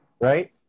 right